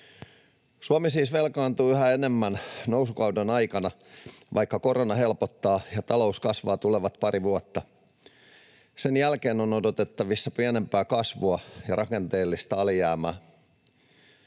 Suomi siis velkaantuu yhä enemmän nousukauden aikana, vaikka korona helpottaa ja talous kasvaa tulevat pari vuotta. Sen jälkeen on odotettavissa pienempää kasvua ja rakenteellista alijäämää.